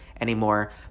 anymore